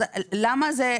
אז למה זה,